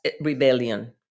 rebellion